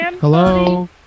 Hello